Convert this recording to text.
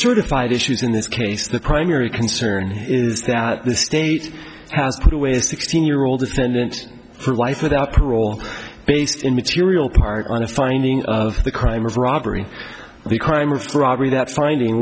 of five issues in this case the primary concern is that the state has put away a sixteen year old defendant for life without parole based in material part on a finding of the crime of robbery the crime of robbery that finding